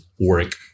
work